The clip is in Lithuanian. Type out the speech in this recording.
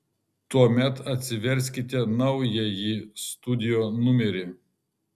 tuomet atsiverskite naująjį studio numerį